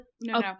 no